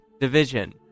division